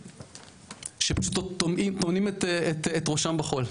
שפשוט טומנים את ראשם בחול,